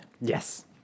Yes